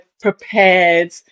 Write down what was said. prepared